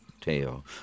tail